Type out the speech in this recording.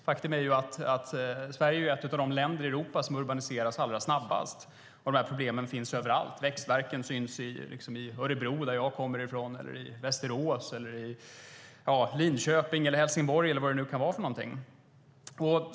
Faktum är att Sverige är ett av de länder i Europa som urbaniseras allra snabbast, och dessa problem finns överallt. Växtvärken finns i Örebro, som jag kommer från, Västerås, Linköping, Helsingborg eller var det nu kan vara.